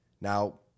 Now